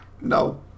no